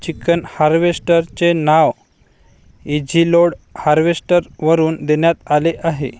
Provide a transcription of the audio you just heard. chicken harvester चे नाव easy load harvester वरून देण्यात आले आहे